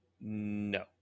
no